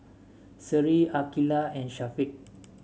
Seri Aqilah and Syafiq